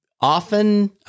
often